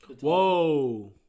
Whoa